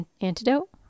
Antidote